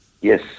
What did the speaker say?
Yes